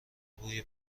بوی